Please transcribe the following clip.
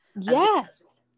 Yes